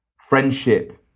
friendship